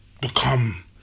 become